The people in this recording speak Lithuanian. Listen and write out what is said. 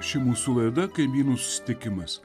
ši mūsų laida kaimynų sustikimas